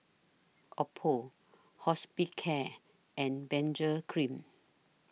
Oppo Hospicare and Benzac Cream